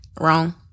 Wrong